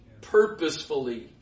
purposefully